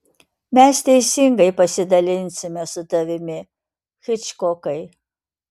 mes teisingai pasidalinsime su tavimi hičkokai